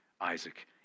Isaac